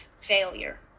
failure